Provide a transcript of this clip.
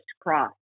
cross